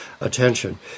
attention